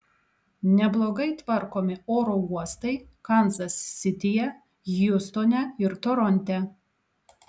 neblogai tvarkomi oro uostai kanzas sityje hjustone ir toronte